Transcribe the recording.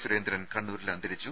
സുരേന്ദ്രൻ കണ്ണൂരിൽ അന്തരിച്ചു